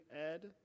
Ed